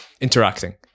interacting